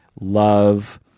love